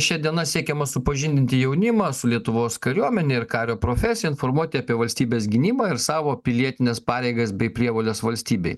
šia diena siekiama supažindinti jaunimą su lietuvos kariuomene ir kario profesija informuoti apie valstybės gynybą ir savo pilietines pareigas bei prievoles valstybei